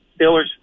Steelers